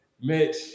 Mitch